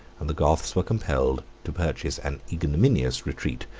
and the goths were compelled to purchased an ignominious retreat,